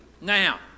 Now